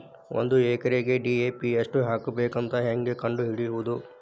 ಒಂದು ಎಕರೆಗೆ ಡಿ.ಎ.ಪಿ ಎಷ್ಟು ಹಾಕಬೇಕಂತ ಹೆಂಗೆ ಕಂಡು ಹಿಡಿಯುವುದು?